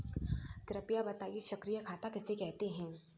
कृपया बताएँ सक्रिय खाता किसे कहते हैं?